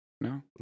No